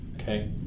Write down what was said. Okay